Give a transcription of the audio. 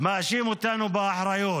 מאשים באחריות?